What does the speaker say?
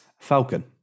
Falcon